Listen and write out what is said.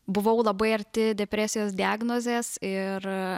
buvau labai arti depresijos diagnozės ir